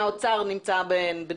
נציג האוצר, איתי טמקין, נמצא בנהיגה.